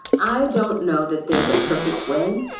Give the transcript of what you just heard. i don't know that there's a perfect way.